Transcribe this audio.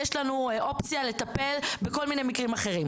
יש לנו אופציה לטפל בכל מיני מקרים אחרים.